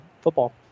football